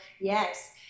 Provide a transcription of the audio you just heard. yes